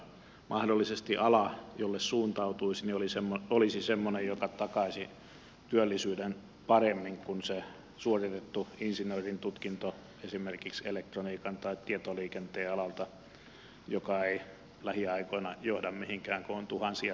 mahdollisesti ala jolle suuntautuisi olisi semmoinen joka takaisi työllisyyden paremmin kuin se suoritettu insinöörintutkinto esimerkiksi elektroniikan tai tietoliikenteen alalta joka ei lähiaikoina johda mihinkään kun on tuhansia työttömiä